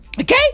Okay